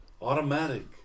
Automatic